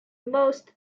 most